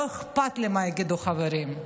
לא אכפת מה יגידו החברים.